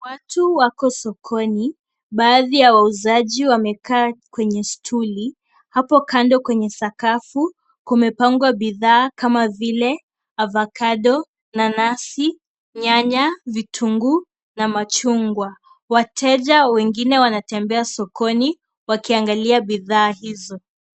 Watu wako sokoni, baadhi ya wauzaji wamekaa kwenye stuli. Hapo kando, kwenye sakafu, kumepandwa bidhaa kama vile, avacado , nanasi, nyanya, vitunguu na machungwa. Wateja wengine wanatembea sokoni wakiangalia bidhaa hizo.